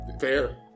Fair